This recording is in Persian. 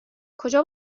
کجا